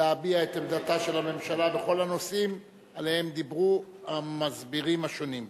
ולהביע את עמדתה של הממשלה בכל הנושאים שעליהם דיברו המסבירים השונים.